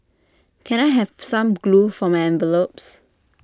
can I have some glue for my envelopes